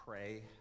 Pray